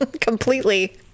completely